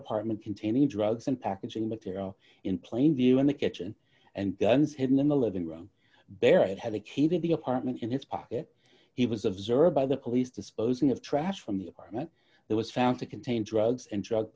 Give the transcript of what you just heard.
apartment containing drugs and packaging material in plain view in the kitchen and guns hidden in the living room barrett had a key to the apartment in his pocket he was observed by the police disposing of trash from the apartment that was found to contain drugs and drug